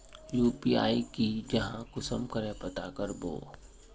UPI की जाहा कुंसम करे पता करबो?